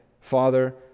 father